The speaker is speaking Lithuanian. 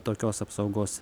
tokios apsaugos